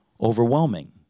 overwhelming